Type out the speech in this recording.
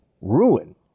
ruin